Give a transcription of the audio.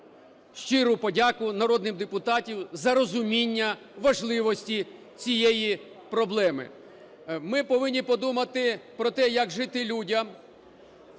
щиру подяку народним депутатам, за розуміння важливості цієї проблеми. Ми повинні подумати про те, як жити людям,